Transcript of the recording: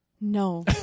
No